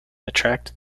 attract